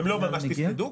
הן לא ממש תפקדו,